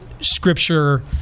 scripture